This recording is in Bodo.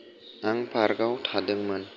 आं पार्कआव थादोंमोन